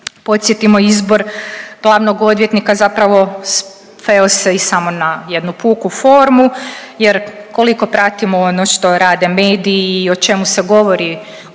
podsjetimo izbor glavnog odvjetnika zapravo sveo se i na samo jednu puku formu jer koliko pratimo ono što rade mediji i o čemu se govori u